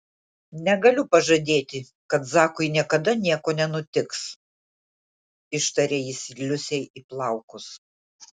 negaliu pažadėti kad zakui niekada nieko nenutiks ištarė jis liusei į plaukus